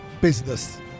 business